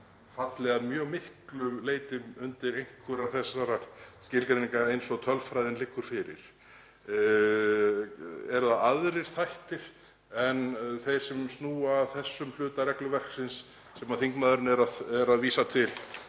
falli að mjög miklu leyti undir einhverja þessara skilgreininga eins og tölfræðin liggur fyrir. Eru það aðrir þættir en þeir sem snúa að þessum hluta regluverksins sem þingmaðurinn er að vísa til